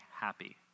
happy